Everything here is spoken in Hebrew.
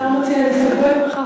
השר מציע להסתפק בכך.